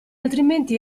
altrimenti